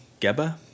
Geba